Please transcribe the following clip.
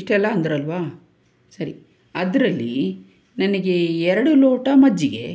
ಇಷ್ಟೆಲ್ಲ ಅಂದ್ರಲ್ವಾ ಸರಿ ಅದರಲ್ಲಿ ನನಗೆ ಎರಡು ಲೋಟ ಮಜ್ಜಿಗೆ